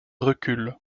recul